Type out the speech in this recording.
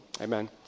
Amen